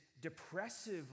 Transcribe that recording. depressive